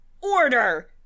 order